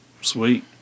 Sweet